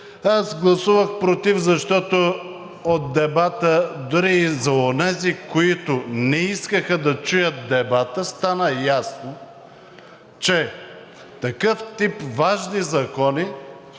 аз гласувах против, защото от дебата дори и за онези, които не искаха да чуят дебата, стана ясно, че такъв тип важни закони